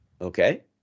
Okay